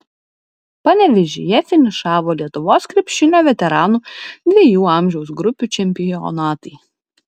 panevėžyje finišavo lietuvos krepšinio veteranų dviejų amžiaus grupių čempionatai